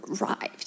arrived